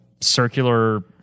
circular